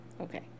Okay